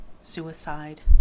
suicide